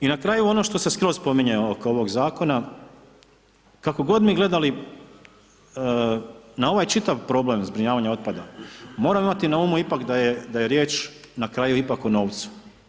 I na kraju ono što se skroz spominje oko ovog zakona. kako god mi gledali na ovaj čitav problem zbrinjavanja otpada, moramo imati na umu ipak da je riječ na kraju ipak o novcu.